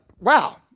wow